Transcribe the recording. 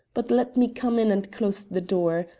but let me come in and close the door.